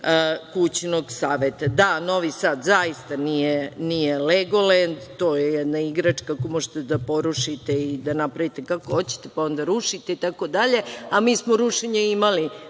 kućnog saveta. Da, Novi Sad zaista nije Legolend, to je jedna igračka koju možete da porušite i da napravite kako hoćete, pa onda rušite itd, a mi smo rušenje imali